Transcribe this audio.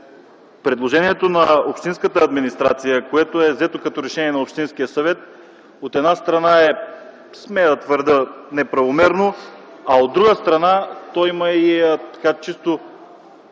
предложението на общинската администрация, което е взето като решение на Общинския съвет, от една страна е, смея да твърдя, неправомерно, а от друга страна то има, чисто